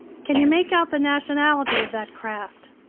can you make out the nationality of that craft?